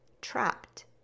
trapped